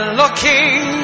looking